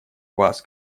вас